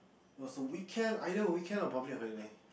it was a weekend either on weekend or public holiday